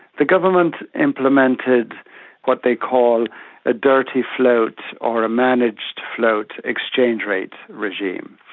the government implemented what they call a dirty float or a managed float exchange rate regime.